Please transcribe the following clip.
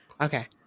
Okay